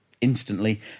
Instantly